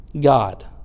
God